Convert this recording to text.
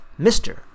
Mr